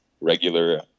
regular